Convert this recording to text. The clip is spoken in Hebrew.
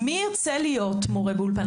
מי ירצה להיות מורה באולפן?